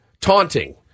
taunting